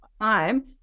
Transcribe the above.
time